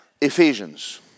Ephesians